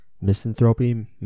Misanthropy